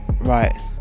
Right